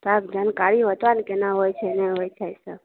तब जानकारी होतऽ ने केना होइ छै नहि होइ छै ई सभ